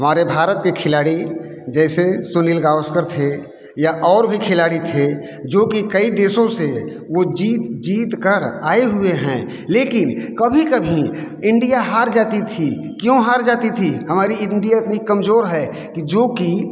हमारे भारत के खिलाड़ी जैसे सुनील गावस्कर थे या और भी खिलाड़ी थे जो की कई देशों से वो जीत जीत कर आए हुए हैं लेकिन कभी कभी इंडिया हार जाती थी क्यों हार जाती थी हमारी इंडिया इतनी कमजोर है कि जो कि